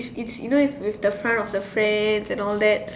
is is you know is with the fun of your friends and all that